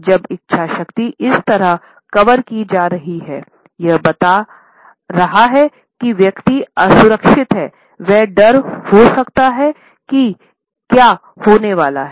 जब इच्छा शक्ति इस तरह कवर की जा रही हैयह बता रहा हैं कि व्यक्ति असुरक्षित हैं वहाँ डर हो सकता है कि क्या होने वाला हैं